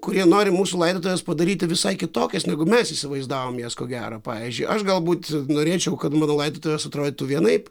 kurie nori mūsų laidotuves padaryti visai kitokias negu mes įsivaizdavom jas ko gero pavyzdžiui aš galbūt norėčiau kad mano laidotuvės atrodytų vienaip